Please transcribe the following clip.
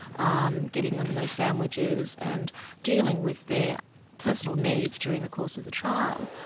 um getting them their sandwiches and dealing with their personal needs during the course of the trial.